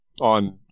on